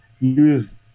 use